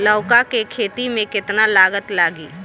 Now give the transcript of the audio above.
लौका के खेती में केतना लागत लागी?